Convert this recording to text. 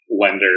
lender